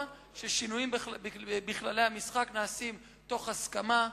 ששינויים בכללי המשחק נעשים בהסכמה,